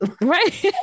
right